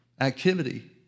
activity